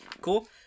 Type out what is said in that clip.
Cool